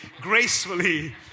gracefully